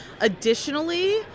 additionally